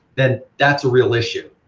then that's a real issue,